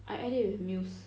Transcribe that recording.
I add it with mousse